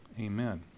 Amen